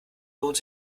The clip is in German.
lohnt